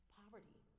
poverty